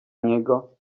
niego